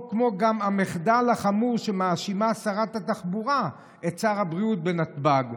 או המחדל החמור שמאשימה בו שרת התחבורה את שר הבריאות בנתב"ג,